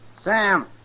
Sam